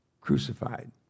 crucified